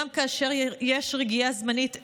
גם כאשר יש רגיעה זמנית,